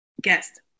Guest